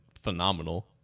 phenomenal